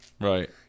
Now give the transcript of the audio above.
Right